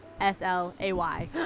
S-L-A-Y